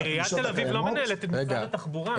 --- עיריית תל אביב לא מנהלת את משרד התחבורה,